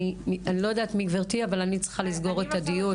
אני לא יודעת מי גברתי אבל אני צריכה לנעול את הדיון.